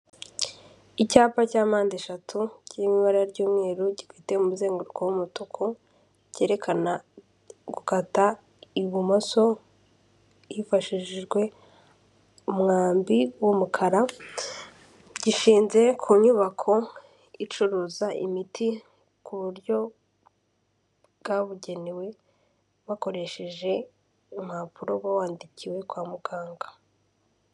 Icyapa cya mpande eshatu kiri mu ibara ry'umweru, gifite umuzenguruko w'umutuku, cyerekana gukata ibumoso hifashishijwe umwambi w'umukara, gishinze ku nyubako icuruza imiti ku buryo bwabugenewe bakoresheje impapuro uba wandikiwe kwa muganga.